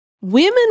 Women